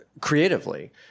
creatively